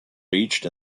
reached